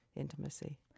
intimacy